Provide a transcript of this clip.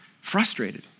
Frustrated